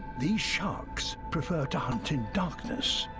these sharks prefer to hunt in darkness,